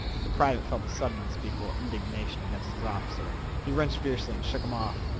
the private felt a sudden unspeakable indignation against his officer. he wrenched fiercely and shook him off.